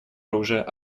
оружия